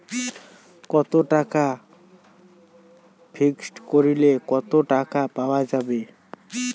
কত টাকা ফিক্সড করিলে কত টাকা পাওয়া যাবে?